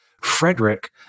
Frederick